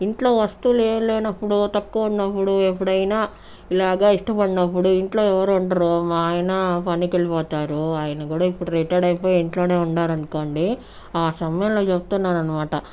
ఇంట్లో వస్తువులు ఏం లేనప్పుడు తక్కువ ఉన్నపుడు ఎప్పుడైనా ఇలాగ ఇష్టపడినప్పుడు ఇంట్లో ఎవరు ఉండరు మా ఆయన పనికి వెళ్ళిపోతారు ఆయన కూడా ఇప్పుడు రిటైర్డ్ అయిపోయి ఇంట్లోనే ఉండారు అనుకోండి ఆ సమయంలో చెప్తున్నాను అనమాట